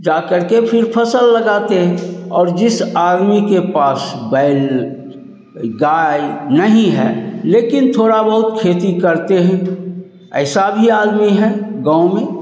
जा करके फिर फ़सल लगाते हैं और जिस आदमी के पास बैल गाय नहीं हैं लेकिन थोड़ा बहुत खेती करते हैं ऐसा भी आदमी हैं गाँव में